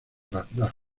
bagdad